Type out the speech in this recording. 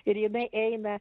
ir jinai eina